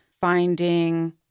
finding